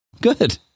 Good